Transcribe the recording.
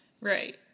right